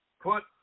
put